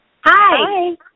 Hi